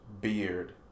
beard